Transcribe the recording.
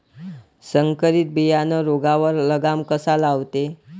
संकरीत बियानं रोगावर लगाम कसा लावते?